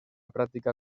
práctica